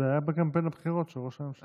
זה היה בקמפיין הבחירות של ראש הממשלה.